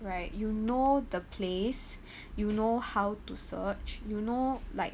right you know the place you know how to search you know like